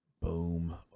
Boom